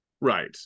Right